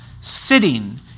sitting